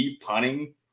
punting